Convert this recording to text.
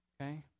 Okay